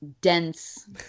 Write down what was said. dense